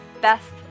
best